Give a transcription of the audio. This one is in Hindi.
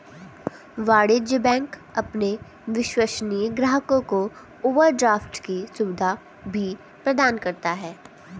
वाणिज्य बैंक अपने विश्वसनीय ग्राहकों को ओवरड्राफ्ट की सुविधा भी प्रदान करता है